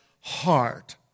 heart